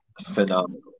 phenomenal